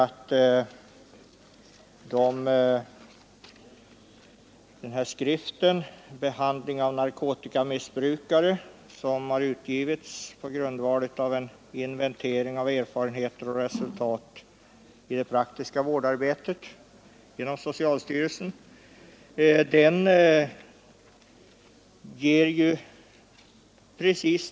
Vi tycker att skriften Behandling av narkotikamissbrukare, som inom socialstyrelsen utgivits på grundval av inventeringar och erfarenheter i det praktiska vårdarbetet, ger precis de upplysningar den säger sig vilja ge.